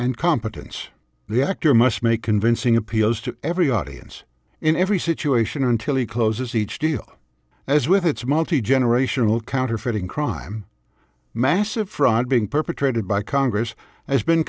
and competence the actor must make convincing appeals to every audience in every situation until he closes each deal as with it's multi generational counterfeiting crime massive fraud being perpetrated by congress